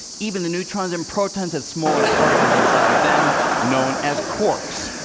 even the neutrons and protons have smaller particles inside of them known as quarks.